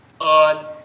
on